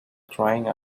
crying